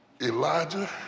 Elijah